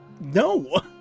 No